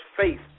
faith